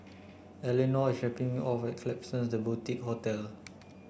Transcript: Elinore is dropping me off at Klapsons The Boutique Hotel